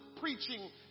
preaching